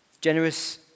Generous